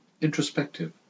introspective